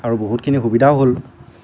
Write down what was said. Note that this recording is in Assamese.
আৰু বহুতখিনি সুবিধাও হ'ল